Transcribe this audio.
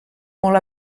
molt